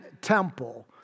temple